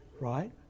right